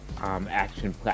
action